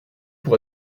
pour